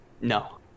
No